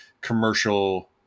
commercial